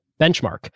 Benchmark